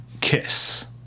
Kiss